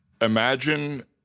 imagine